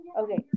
okay